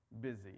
busy